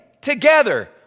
together